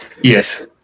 Yes